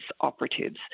operatives